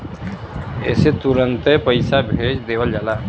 एह से तुरन्ते पइसा भेज देवल जाला